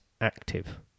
active